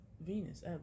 Venus